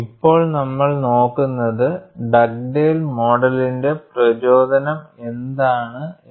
ഇപ്പോൾ നമ്മൾ നോക്കുന്നത് ഡഗ്ഡേൽ മോഡലിന്റെ പ്രചോദനം എന്താണ് എന്ന്